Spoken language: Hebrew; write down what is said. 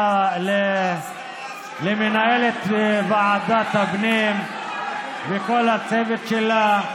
למנהלת ועדת הפנים ולכל הצוות שלה,